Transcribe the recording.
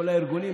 כל הארגונים,